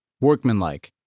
workmanlike